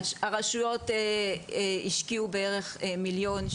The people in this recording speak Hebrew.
הרשויות השקיעו בערך מיליארד,